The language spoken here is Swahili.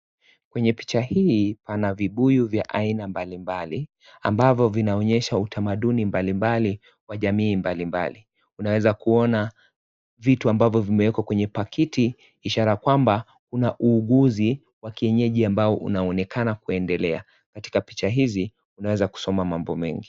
Kwenye picha hii kuna vibuyu vya aina mbalimbali ambavyo vinaonyesha utamaduni mbalimbali wa jamii mbalimbali. Unaweza kuona vitu ambavyo wimewekwa katika pakiti ishara ya kwamba kuna uuguzi wa kienyeji unaoonekana kuendelea. Katika picha hizi unaweza kusoma membo mengi.